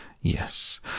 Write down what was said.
Yes